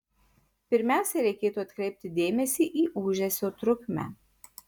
pirmiausia reikėtų atkreipti dėmesį į ūžesio trukmę